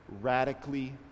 radically